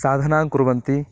साधानाङ्कुर्वन्ति